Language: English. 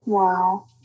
Wow